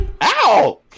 Ow